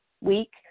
week